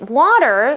water